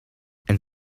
and